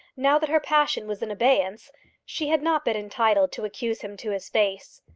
now that her passion was in abeyance she had not been entitled to accuse him to his face.